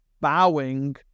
bowing